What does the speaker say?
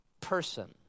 person